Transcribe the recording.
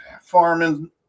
farming